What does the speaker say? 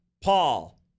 Paul